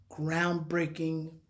Groundbreaking